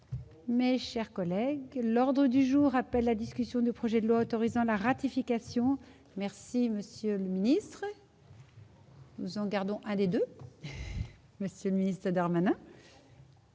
Mais, chers collègues, l'ordre du jour appelle la discussion du projet de loi autorisant la ratification merci monsieur le ministre. Nous en gardons aller 2 monsieur ministre Dormans.